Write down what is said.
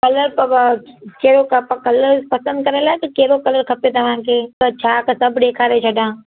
colour अथव कहिड़ो कलरु पसंदि करण लाइ की कहिड़ो कलरु खपे तव्हां खे त छा सभु ॾेखारे छॾियां